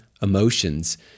emotions